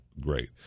great